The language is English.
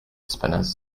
spinners